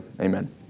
Amen